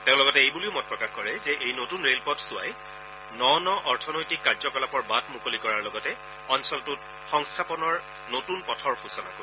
তেওঁ লগতে এইবুলিও মত প্ৰকাশ কৰে যে এই নতৃন ৰে'লপথছাৱাই ন ন অৰ্থনৈতিক কাৰ্যকলাপৰ বাট মুকলি কৰাৰ লগতে অঞ্চলটোত সংস্থাপনৰ নতুন পথৰ সূচনা কৰিব